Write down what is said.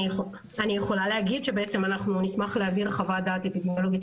אני יכולה להגיד שאנחנו נשמח להעביר חוות דעת אפידמיולוגית